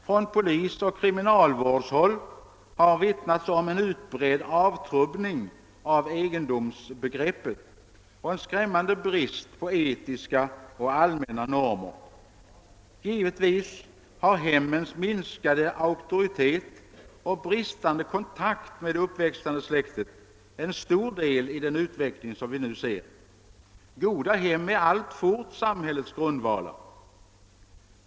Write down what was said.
Från polisoch kriminalvårdshåll har vittnats om en utbredd avtrubbning av egendomsbegreppet och en skrämmande brist på etiska och allmänna normer. Givetvis har hemmens minskade auktoritet och bristande kontakt med det uppväxande släktet en stor del i den utveckling som vi nu ser. Goda hem är alltfort samhällets grundvalar.